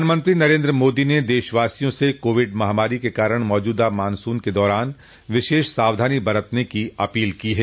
प्रधानमंत्री नरेन्द्र मोदी ने देशवासियों से कोविड महामारी के कारण मौजूदा मॉनसून के दौरान विशेष सावधानी बरतने की अपील की है